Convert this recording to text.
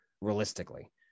realistically